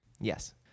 Yes